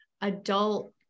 adult